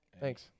Thanks